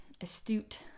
astute